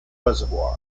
reservoir